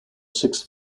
six